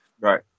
Right